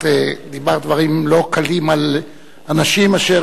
את דיברת דברים לא קלים על אנשים אשר